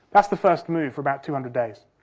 that's the first move for about two hundred days,